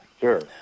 sure